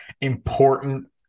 important